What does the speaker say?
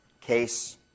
case